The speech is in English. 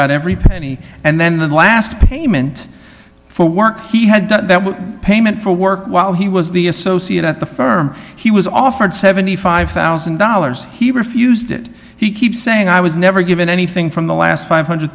got every penny and then the last payment for work he had done that was payment for work while he was the associate at the firm he was offered seventy five thousand dollars he refused it he keeps saying i was never given anything from the last five hundred